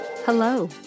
Hello